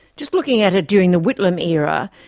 just looking at it during the whitlam era,